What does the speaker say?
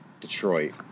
Detroit